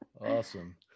Awesome